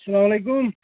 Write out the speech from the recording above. سَلام علیکُم